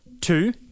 Two